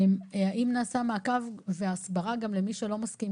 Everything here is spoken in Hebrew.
האם נעשה מעקב והסברה גם למי שלא מסכים?